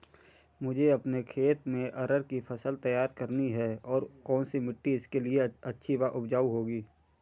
मुझे अपने खेत में अरहर की फसल तैयार करनी है और कौन सी मिट्टी इसके लिए अच्छी व उपजाऊ होगी?